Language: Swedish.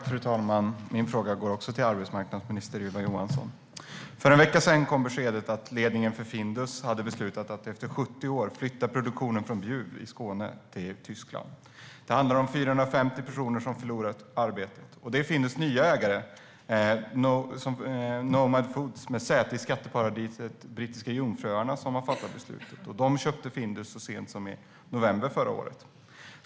Fru talman! Min fråga går också till arbetsmarknadsminister Ylva Johansson. För en vecka sedan kom beskedet att ledningen för Findus hade beslutat att efter 70 år flytta produktionen från Bjuv i Skåne till Tyskland. Det handlar om 450 personer som förlorar arbetet. Det är Findus nya ägare, Nomad Foods med säte i skatteparadiset Brittiska Jungfruöarna, som har fattat beslutet. De köpte Findus så sent som i november förra året.